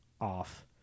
off